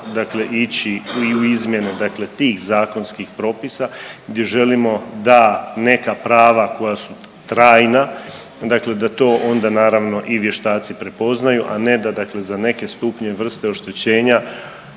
ići i u izmjene dakle tih zakonskih propisa gdje želimo da neka prava koja su trajna, dakle to onda naravno i vještaci prepoznaju, a ne da dakle za neke stupnjeve i vrste oštećenja